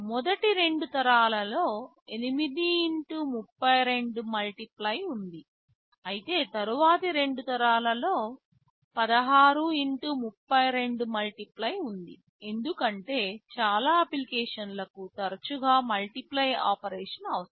మొదటి రెండు తరాలలో 8 x 32 మల్టీఫ్లై ఉంది అయితే తరువాతి రెండు తరాలలో 16 x 32 మల్టీఫ్లై ఉంది ఎందుకంటే చాలా అప్లికేషన్లకు తరచుగా మల్టీఫ్లై ఆపరేషన్ అవసరం